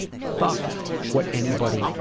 fuck what anybody